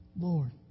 Lord